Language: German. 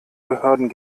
behörden